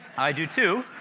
i do too.